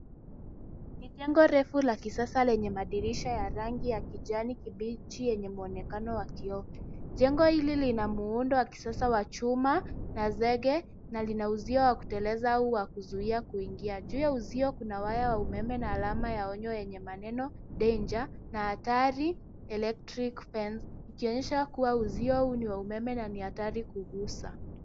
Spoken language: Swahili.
Ni jengo refu la kisasa lenye madirisha ya rangi ya kijani kibichi yenye muonekano wa kioo. Jengo hili lina muundo wa kisasa wa chuma na zege na lina uzio wa kuteleza au wa kuzuia kuingia. Juu ya uzio kuna waya wa umeme na alama ya onyo yenye maneno Danger na hatari electric fence ikionyesha kuwa uzio huu ni wa umeme na ni hatari kugusa.